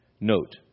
Note